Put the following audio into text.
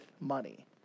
money